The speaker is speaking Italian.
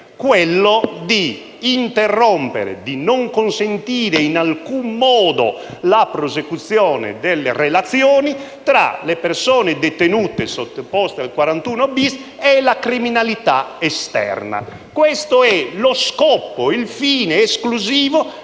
fine, interrompere e non consentire in alcun modo la prosecuzione delle relazioni tra le persone detenute sottoposte al 41-*bis* e la criminalità esterna. Questo è lo scopo, il fine esclusivo